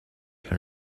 her